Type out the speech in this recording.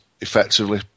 effectively